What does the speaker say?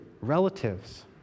Relatives